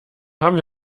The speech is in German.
haben